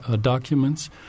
documents